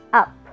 up